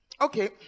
okay